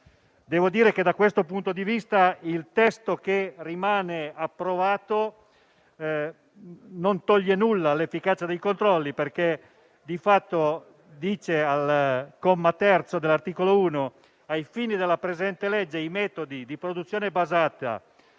Devo dire che, da questo punto di vista, il testo che rimane approvato non toglie nulla all'efficacia dei controlli, perché di fatto, al comma 3 dell'articolo 1 reca: «Ai fini della presente legge, i metodi di produzione basati